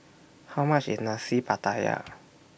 How much IS Nasi Pattaya